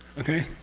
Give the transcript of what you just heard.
okay?